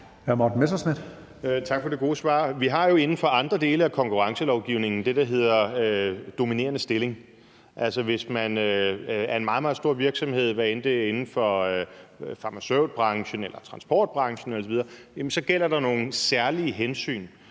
Morten Messerschmidt (DF): Tak for det gode svar. Vi har jo inden for andre dele af konkurrencelovgivningen det, der hedder dominerende stilling, altså at hvis man er en meget, meget stor virksomhed, hvad end det er inden for farmaceutbranchen eller transportbranchen osv., gælder der nogle særlige hensyn,